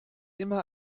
immer